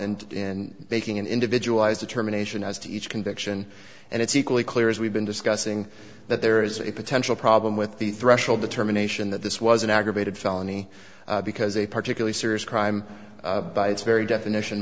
and in making an individualized determination as to each conviction and it's equally clear as we've been discussing that there is a potential problem with the threshold determination that this was an aggravated felony because a particularly serious crime by its very definition